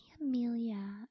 amelia